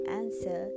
answer